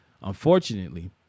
Unfortunately